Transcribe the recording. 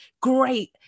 great